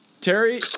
Terry